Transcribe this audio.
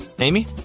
Amy